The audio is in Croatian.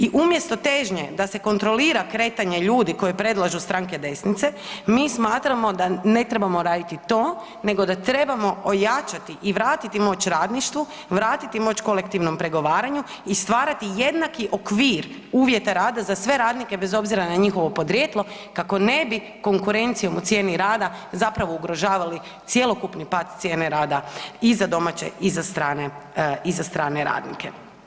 I umjesto težnje da se kontrolira kretanje ljudi koje predlažu stranke desnice, mi smatramo da ne trebamo raditi to nego da trebamo ojačati i vratiti moć radništvu, vratiti moć kolektivnom pregovaranju i stvarati jednaki okvir uvjeta rada za sve radnike bez obzira na njihovo podrijetlo kako ne bi konkurencijom o cijeni rada zapravo ugrožavali cjelokupni pad cijene rada i za domaće i za strane, i za strane radnike.